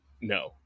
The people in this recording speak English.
no